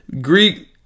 Greek